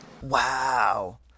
Wow